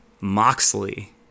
Moxley